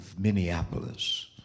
Minneapolis